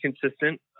consistent